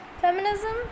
feminism